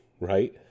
right